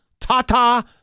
Tata